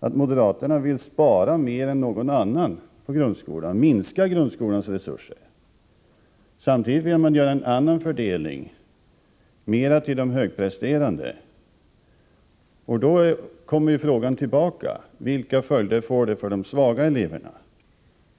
dem så, att de vill spara mer än någon annan på grundskolan, att de vill minska grundskolans resurser. Samtidigt vill de göra en annan fördelning: mera till de högpresterande. Då kommer frågan tillbaka: Vilka följder får det för de svaga eleverna?